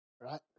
Right